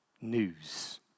news